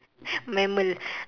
mammal